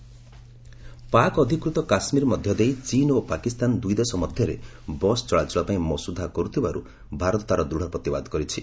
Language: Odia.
ପିଓକେ ବସ୍ ସର୍ଭିସ୍ ପାକ୍ ଅଧିକୃତ କାଶ୍ରୀର ମଧ୍ୟ ଦେଇ ଚୀନ୍ ଓ ପାକିସ୍ତାନ ଦୁଇଦେଶ ମଧ୍ୟରେ ବସ୍ ଚଳାଚଳ ପାଇଁ ମସୁଧା କରୁଥିବାରୁ ଭାରତ ତା'ର ଦୂଢ଼ ପ୍ରତିବାଦ କରିଛି